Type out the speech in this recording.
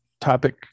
topic